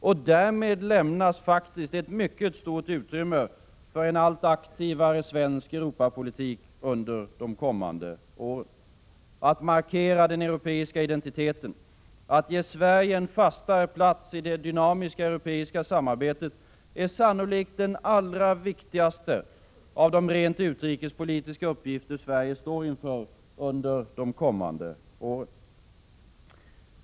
Och därmed lämnas faktiskt ett mycket stort utrymme för en allt aktivare svensk Europapolitik under de kommande åren. Att markera den europeiska identiteten och att ge Sverige en fastare plats i det dynamiska europeiska samarbetet är sannolikt den allra viktigaste av de rent utrikespolitiska uppgifter som Sverige står inför under de kommande åren.